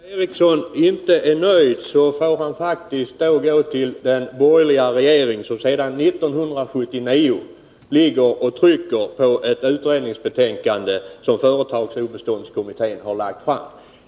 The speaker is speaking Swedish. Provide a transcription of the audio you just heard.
Herr talman! Om Olle Eriksson inte är nöjd får han faktiskt gå till den borgerliga regering som sedan 1979 ligger och trycker på ett utredningsbetänkande som företagsobeståndskommittén har lagt fram.